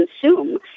consume